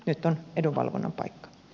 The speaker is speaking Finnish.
nyt on edunvalvonnan paikka